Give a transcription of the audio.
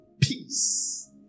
Peace